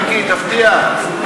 מיקי, תפתיע.